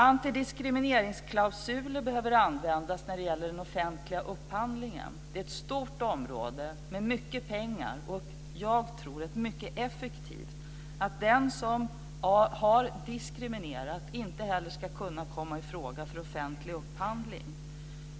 Antidiskrimineringsklausuler behöver användas när det gäller den offentliga upphandlingen. Det är ett stort område, med mycket pengar, och jag tror att det är mycket effektivt att den som har diskriminerat inte ska kunna komma i fråga för offentlig upphandling.